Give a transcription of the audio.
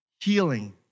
healing